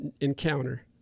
encounter